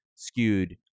skewed